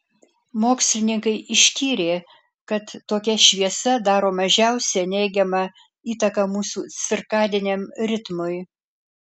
mokslininkai ištyrė kad tokia šviesa daro mažiausią neigiamą įtaką mūsų cirkadiniam ritmui